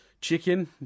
Chicken